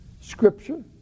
Scripture